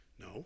No